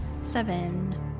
Seven